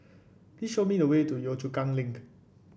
please show me the way to Yio Chu Kang Link